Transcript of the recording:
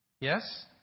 Yes